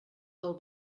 del